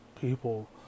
people